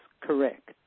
correct